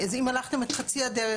אם הלכתם את חצי הדרך,